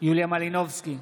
יוליה מלינובסקי,